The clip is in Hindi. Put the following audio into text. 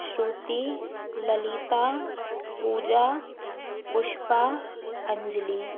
श्रुति ललिता पूजा पुष्पा अंजली